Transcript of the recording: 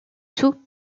tout